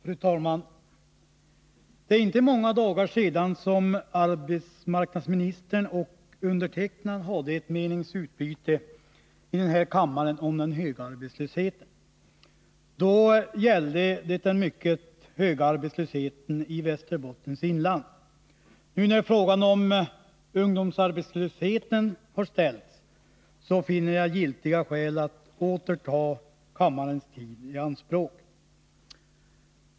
Fru talman! Det har inte gått många dagar sedan arbetsmarknadsministern och jag här i kammaren hade ett meningsutbyte om den höga arbetslösheten. Då gällde det den mycket höga arbetslösheten i Västerbottens inland. Nu när frågan om ungdomsarbetslösheten har ställts, finner jag giltiga skäl att åter ta kammarens tid i anspråk.